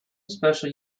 special